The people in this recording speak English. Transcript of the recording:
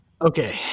Okay